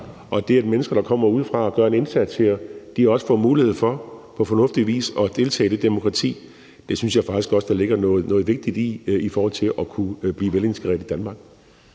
Og det, at mennesker, der kommer udefra og gør en indsats her, også får mulighed for på fornuftig vis at deltage i det demokrati, synes jeg faktisk også der ligger noget vigtigt i i forhold til at kunne blive velintegreret i Danmark.